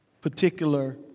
particular